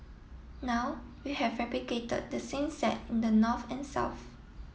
now we have replicated the same set in the north and south